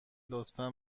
لطفا